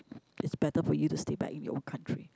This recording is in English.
it's better for you to stay back in your country